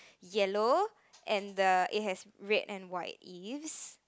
yellow and the it has red and white leaves